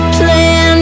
plan